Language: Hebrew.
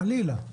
חלילה.